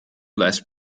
less